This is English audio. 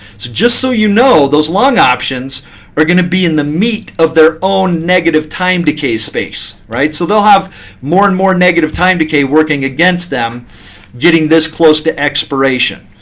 so just so you know, those long options are going to be in the meat of their own negative time decay space. so they'll have more and more negative time decay working against them getting this close to expiration.